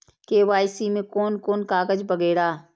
KYC में कोन कोन कागज वगैरा?